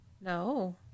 No